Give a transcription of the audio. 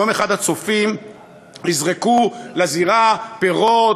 יום אחד הצופים יזרקו לזירה פירות,